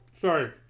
sorry